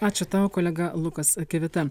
ačiū tau kolega lukas kivita